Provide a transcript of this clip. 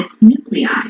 nuclei